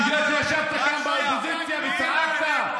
בגלל שישבת כאן באופוזיציה וצעקת?